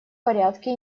порядке